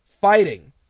fighting